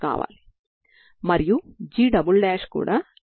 కాబట్టి మీరు An0Lfcos 2n1πx2L dx0L2n1πx2L dx గా కలిగి ఉంటారు